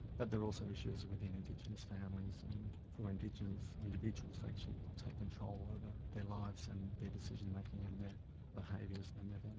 but there are also issues within indigenous families and for indigenous individuals to actually take control over their lives and their decision-making and their behaviours and their